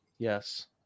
Yes